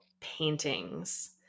paintings